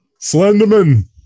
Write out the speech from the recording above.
Slenderman